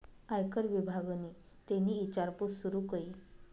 आयकर विभागनि तेनी ईचारपूस सूरू कई